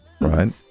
Right